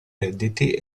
redditi